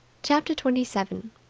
chapter twenty seven.